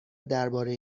درباره